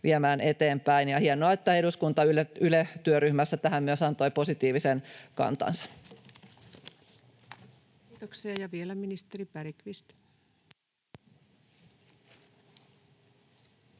viemään eteenpäin. Hienoa, että eduskunta myös antoi Yle-työryhmässä tähän positiivisen kantansa. Kiitoksia. — Ja vielä ministeri Bergqvist.